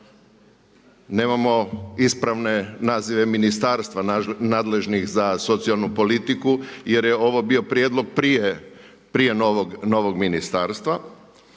Nemamo ispravne nazive ministarstava nadležnih za socijalnu politiku jer je ovo bio prijedlog prije novog ministarstva.